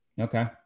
Okay